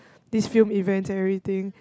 these film events everything